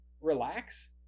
relax